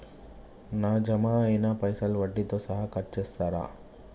నా జమ అయినా పైసల్ వడ్డీతో సహా కట్ చేస్తరా?